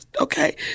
okay